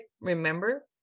remember